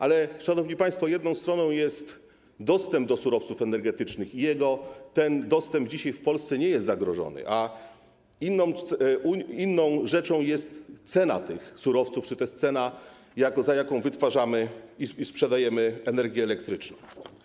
Ale, Szanowni Państwo, jedną rzeczą jest dostęp do surowców energetycznych, i ten dostęp dzisiaj nie jest zagrożony, a inną rzeczą jest cena tych surowców czy też cena, za jaką wytwarzamy i sprzedajemy energię elektryczną.